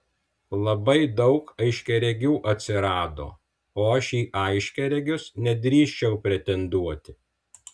labai daug aiškiaregių atsirado o aš į aiškiaregius nedrįsčiau pretenduoti